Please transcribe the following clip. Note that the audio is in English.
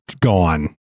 gone